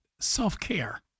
Self-care